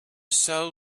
sell